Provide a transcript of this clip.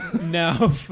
no